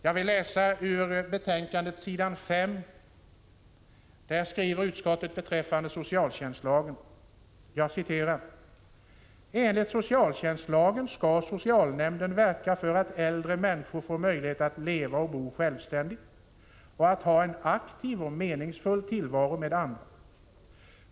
Jag vill läsa ur betänkandet, s. 5, där utskottet skriver om socialtjänstlagen: ”Enligt socialtjänstlagen skall socialnämnden verka för att äldre människor får möjlighet att leva och bo självständigt och att ha en aktiv och meningsfull tillvaro med andra.